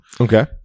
Okay